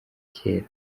cyera